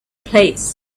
place